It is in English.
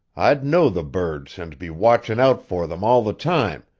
i'd know the birds and be watchin' out for them all the time,